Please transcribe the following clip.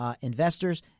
investors